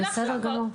זה בסדר גמור.